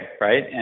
right